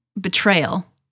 Betrayal